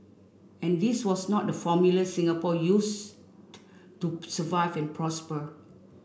and this was not the formula Singapore use to to survive and prosper